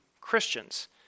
Christians